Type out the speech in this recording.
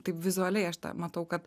taip vizualiai aš tą matau kad